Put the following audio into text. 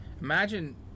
imagine